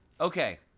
okay